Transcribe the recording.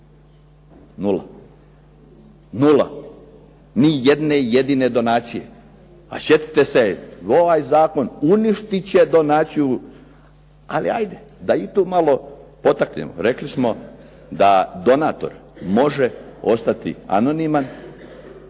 Nula, ni jedne jedine donacije. A sjetite se ovaj zakon uništit će donaciju. Ali hajde, da i tu malo potaknemo. Rekli smo da donator može ostati anoniman